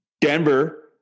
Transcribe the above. Denver